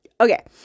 Okay